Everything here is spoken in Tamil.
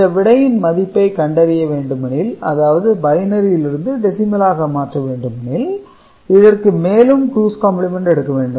இந்த விடையின் மதிப்பை கண்டறிய வேண்டுமெனில் அதாவது பைனரியிலிருந்து டெசிமலாக மாற்ற வேண்டுமெனில் இதற்கு மேலும் டூஸ் காம்ப்ளிமென்ட் எடுக்க வேண்டும்